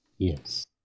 Yes